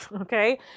Okay